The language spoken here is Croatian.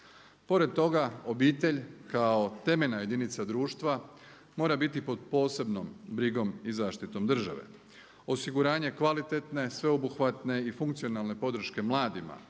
Pored toga obitelj kao temeljna jedinica društva mora biti pod posebnom brigom i zaštitom države. Osiguranje kvalitetne, sveobuhvatne i funkcionalne podrške mladima,